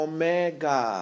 Omega